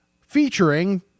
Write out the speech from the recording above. featuring